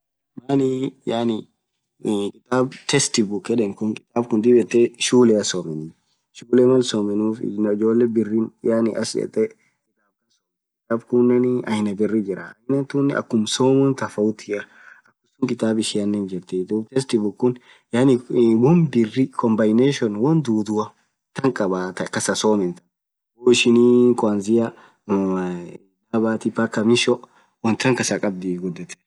Maani yaani kitab textbook Kun kitab khun dhib yethee shulean someni shulen wonn somenifuu sunnen ijolee birrin hach dhethee sommth kitab kunen aina birr jirah aina tunen akhum somen tofauti akhumsun kitab ishin jirthi dhub text boook khun yaani won birriii combination wonn dhudhua than khaaab thaa kasaa somen woo ishinii kwnzia dhabatia mpka mwisho wonn tan kas khabdhii